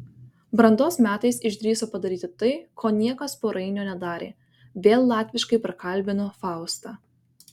brandos metais išdrįso padaryti tai ko niekas po rainio nedarė vėl latviškai prakalbino faustą